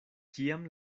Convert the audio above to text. kiam